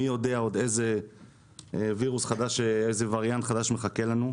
מי יודע עוד איזה וירוס חדש או וריאנט חדש מחכה לנו.